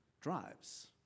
drives